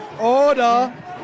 order